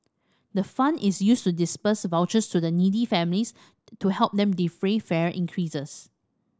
the fund is used to disburse vouchers to needy families to help them defray fare increases